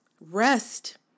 Rest